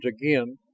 again